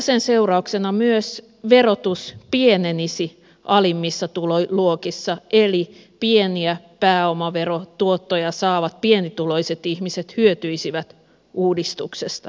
sen seurauksena myös verotus pienenisi alimmissa tuloluokissa eli pieniä pääomaverotuottoja saavat pienituloiset ihmiset hyötyisivät uudistuksesta